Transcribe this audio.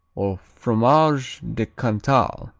or fromage de cantal.